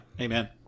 Amen